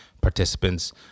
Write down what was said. participants